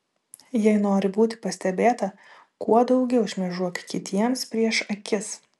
jei nori būti pastebėta kuo daugiau šmėžuok kitiems prieš akis